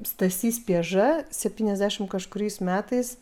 stasys pieža septyniasdešim kažkuriais metais